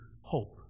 hope